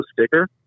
sticker